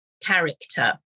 character